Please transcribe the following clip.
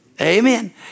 Amen